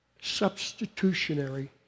Substitutionary